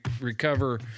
recover